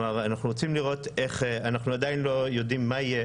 אנחנו עדיין לא יודעים מה יהיה,